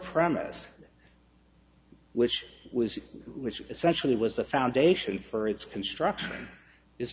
promise which was which essentially was the foundation for its construction i